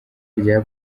rya